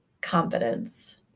confidence